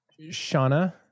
Shauna